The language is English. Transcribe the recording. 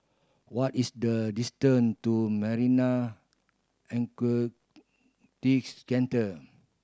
what is the distance to Centre